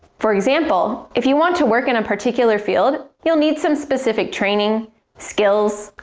for example, if you want to work in a particular field, you'll need some specific training skills,